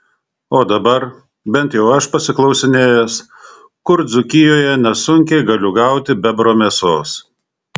o dabar bent jau aš pasiklausinėjęs kur dzūkijoje nesunkiai galiu gauti bebro mėsos